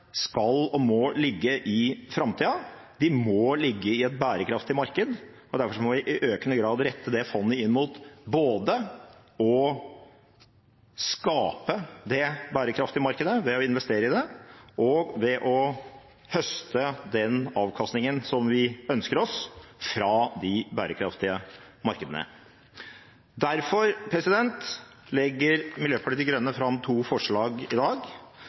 skal og må ligge i framtida. De må ligge i et bærekraftig marked. Derfor må vi i økende grad rette dette fondet inn mot både å skape det bærekraftige markedet ved å investere i det og å høste den avkastningen vi ønsker oss, fra de bærekraftige markedene. Derfor legger Miljøpartiet De Grønne fram to forslag i dag.